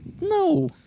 No